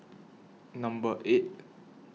Number eight